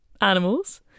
animals